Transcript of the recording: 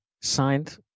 signed